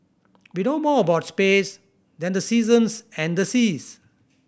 we know more about space than the seasons and the seas